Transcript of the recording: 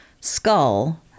skull